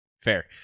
Fair